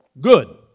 good